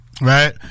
right